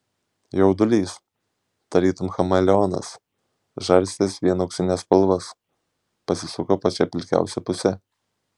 jaudulys tarytum chameleonas žarstęs vien auksines spalvas pasisuko pačia pilkiausia puse